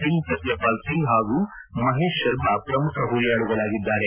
ಸಿಂಗ್ ಸತ್ಯಪಾಲ್ ಸಿಂಗ್ ಹಾಗೂ ಮಹೇಶ್ ಶರ್ಮಾ ಪ್ರಮುಖ ಮರಿಯಾಳುಗಳಾಗಿದ್ದಾರೆ